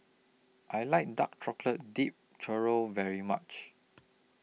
I like Dark Chocolate Dipped Churro very much